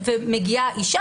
מגיעה אישה